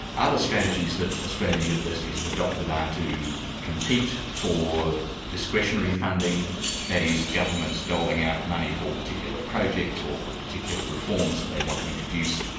other strategies that australian universities have adopted are to compete for discretionary funding that is, governments doling out money for particular projects or for particular reforms that they want to introduce,